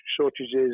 shortages